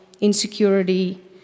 insecurity